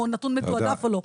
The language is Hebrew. או נתון מתועדף או לא.